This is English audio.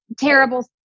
terrible